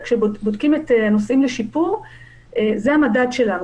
וכשבודקים נושאים לשיפור זה המדד שלנו.